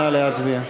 נא להצביע.